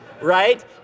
right